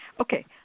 Okay